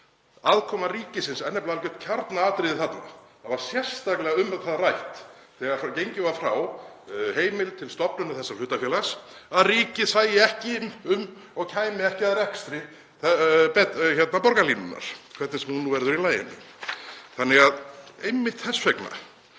Aðkoma ríkisins er nefnilega algjört kjarnaatriði þarna. Það var sérstaklega um það rætt þegar gengið var frá heimild til stofnunar þessa hlutafélags að ríkið sæi ekki um og kæmi ekki að rekstri borgarlínunnar, hvernig sem hún nú verður í laginu. Einmitt þess vegna